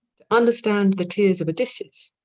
to understand the tears of odysseus